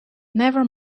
never